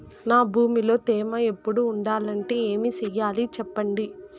నా భూమిలో తేమ ఎప్పుడు ఉండాలంటే ఏమి సెయ్యాలి చెప్పండి?